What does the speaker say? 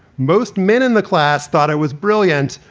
most men in the class thought it was brilliant.